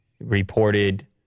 Reported